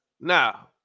Now